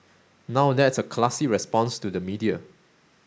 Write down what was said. now that's a classy response to the media